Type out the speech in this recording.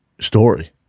story